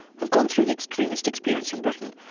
who've gone through the extremist experience in britain,